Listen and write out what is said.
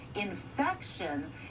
infection